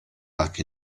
back